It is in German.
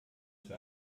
für